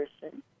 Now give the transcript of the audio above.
person